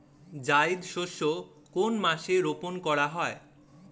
জায়িদ শস্য কোন মাসে রোপণ করা হয়?